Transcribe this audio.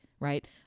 Right